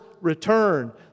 return